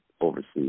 overseas